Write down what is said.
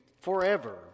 forever